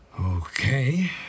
Okay